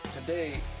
today